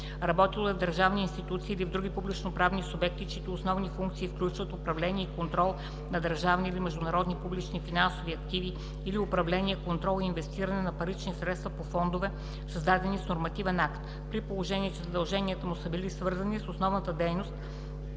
работило в държавни институции или в други публичноправни субекти, чиито основни функции включват управление и контрол на държавни или международни публични финансови активи или управление, контрол и инвестиране на парични средства по фондове, създадени с нормативен акт, при положение че задълженията му са били свързани с основната дейност